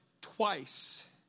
twice